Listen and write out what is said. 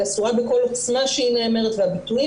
היא אסורה בכל עוצמה שהיא נאמרת והביטויים